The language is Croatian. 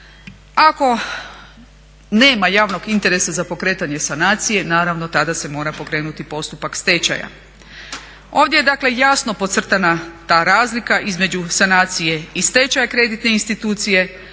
Ako nema javnog interesa za pokretanje sanacije naravno tada se mora pokrenuti postupak stečaja. Ovdje je dakle jasno podcrtana ta razlika između sanacije i stečaja kreditne institucije.